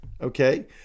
okay